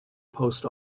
post